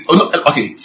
okay